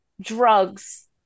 drugs